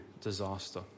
disaster